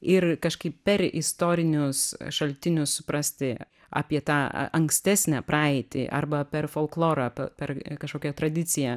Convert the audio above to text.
ir kažkaip per istorinius šaltinius suprasti apie tą a ankstesnę praeitį arba per folklorą pe per kažkokią tradiciją